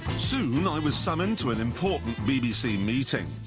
soon, i was summoned to an important bbc meeting.